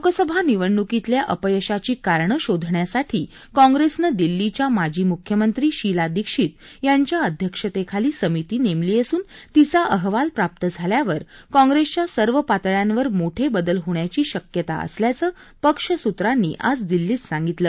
लोकसभा निवडणुकीतल्या अपयशाची कारणं शोधण्यासाठी काँग्रेसनं दिल्लीच्या माजी म्ख्यमंत्री शीला दिक्षित यांच्या अध्यक्षतेखाली समिती नेमली असून तिचा अहवाल प्राप्त झाल्यावर काँग्रेसच्या सर्व पातळ्यांवर मोठे बदल होण्याची शक्यता असल्याचं पक्षसूत्रांनी आज दिल्लीत सांगितलं